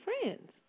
friends